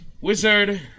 wizard